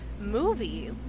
movies